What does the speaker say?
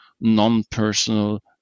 non-personal